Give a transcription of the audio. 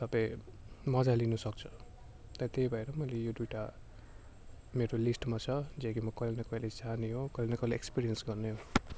तपाईँ मजा लिनुसक्छ त्यहाँ त्यही भएर मैले यो दुईवटा मेरो लिस्टमा छ जो कि म कहिले न कहिले जाने हो कहिले न कहिले एक्सपिरियन्स गर्ने हो